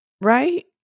Right